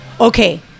Okay